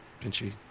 Pinchy